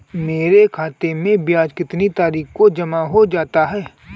मेरे खाते में ब्याज कितनी तारीख को जमा हो जाता है?